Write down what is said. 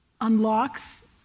unlocks